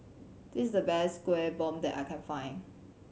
this is the best Kuih Bom that I can find